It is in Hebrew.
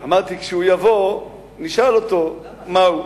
אמרתי: כשהוא יבוא, נשאל אותו מה הוא.